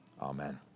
amen